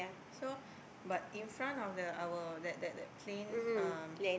so but in front of the our that that that plain um